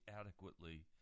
adequately